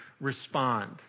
respond